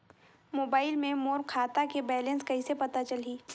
Mobile मे मोर खाता के बैलेंस कइसे पता चलही?